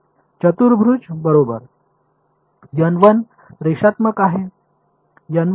चतुर्भुज बरोबर रेषात्मक आहे आणि रेषीय आहेत